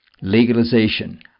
legalization